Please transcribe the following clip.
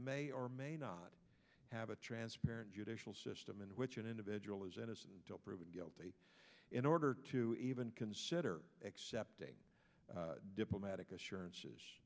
may or may not have a transparent judicial system in which an individual is innocent until proven guilty in order to even consider accepting diplomatic assurances